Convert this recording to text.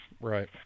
right